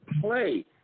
play